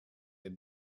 and